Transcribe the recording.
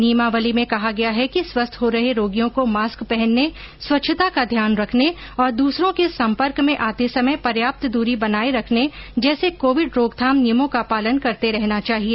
नियमावली में कहा गया है कि स्वस्थ हो रहे रोगियों को मास्क पहनने स्वच्छता का ध्यान रखने और दूसरों के संपर्क में आते समय पर्याप्त दूरी बनाए रखने जैसे कोविड रोकथाम नियमों का पालन करते रहना चाहिए